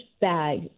bag